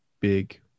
big